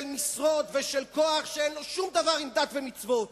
משרות ושל כוח שאין לו שום דבר עם דת ומצוות.